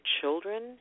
children